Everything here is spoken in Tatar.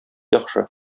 яхшы